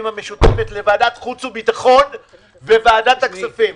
המשותפת לוועדת חוץ וביטחון ו-וועדת הכספים.